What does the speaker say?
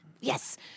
yes